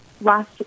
Last